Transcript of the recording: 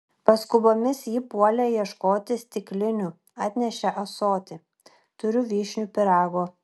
paskubomis ji puolė ieškoti stiklinių atnešė ąsotį turiu vyšnių pyrago